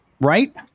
right